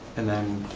and then,